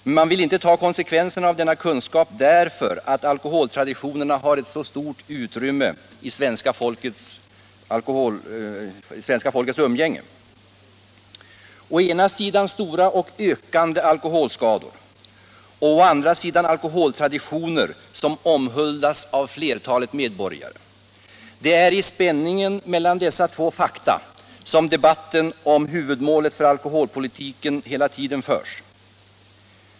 Men man vill inte ta konsekvenserna av denna kunskap därför att alkoholtraditionerna har så stort utrymme i svenska folkets umgänge. Å ena sidan stora och ökande alkoholskador och å andra sidan alkoholtraditioner som omhuldas av flertalet medborgare. Det är i spänningen mellan dessa två fakta som debatten om huvudmålet för alkoholpolitiken hela tiden förs.